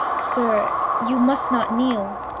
sir, you must not kneel.